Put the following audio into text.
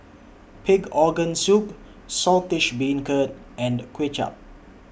Pig Organ Soup Saltish Beancurd and Kuay Chap